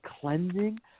cleansing